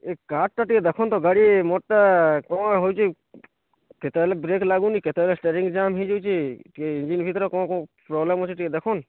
ଏ କାର୍ଟା ଟିକେ ଦେଖୁନ୍ ତ ଗାଡ଼ି ମୋର୍ଟା କ'ଣ ହେଉଛି କେତେବେଳେ ବ୍ରେକ୍ ଲାଗୁନି କେତେବେଳେ ଷ୍ଟେରିଙ୍ଗ୍ ଜାମ୍ ହେଇଯାଉଛି କେ ଇଞ୍ଜିନ୍ ଭିତରେ କ'ଣ କ'ଣ ପ୍ରୋବ୍ଲେମ୍ ଅଛି ଟିକେ ଦେଖୁନ୍